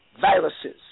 viruses